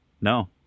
No